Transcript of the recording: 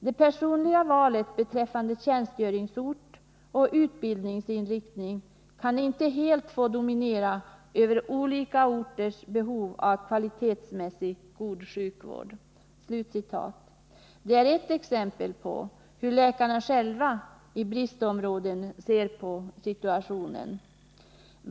Det personliga valet beträffande tjänstgöringsort och utbildningsinriktning kan inte helt få dominera över olika orters behov av kvalitetsmässigt god sjukvård. Detta är ett exempel på hur läkarna själva i bristområden ser på situationen.